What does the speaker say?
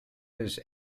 his